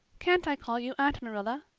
can't i call you aunt marilla?